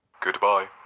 goodbye